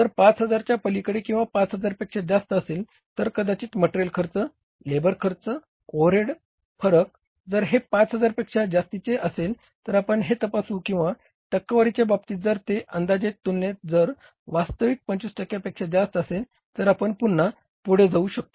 जर 5000 च्या पलीकडे किंवा 5000 पेक्षा जास्त असेल तर कदाचित मटेरियल खर्च लेबर खर्च ओव्हरहेड फरक जर हे 5000 पेक्षा जास्तीचे असेल तर आपण हे तपासू किंवा टक्केवारीच्या बाबतीत जर ते अंदाजेच्या तुलनेत जर वास्तविक 25 टक्क्यापेक्षा जास्त असेल तर आपण पुन्हा पुढे जाऊ शकतोत